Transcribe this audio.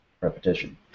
repetition